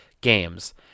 games